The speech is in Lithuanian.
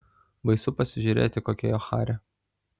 baisu pasižiūrėti kokia jo charė